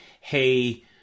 hey